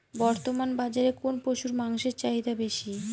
বর্তমান বাজারে কোন পশুর মাংসের চাহিদা বেশি?